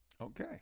Okay